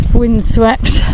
windswept